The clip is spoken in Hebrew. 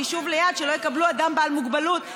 וביישוב ליד שלא יקבלו אדם בעל מוגבלות,